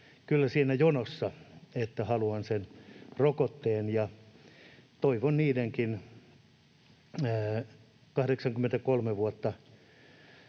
kyllä siinä jonossa, että haluan sen rokotteen. Toivon niidenkin 83 vuotta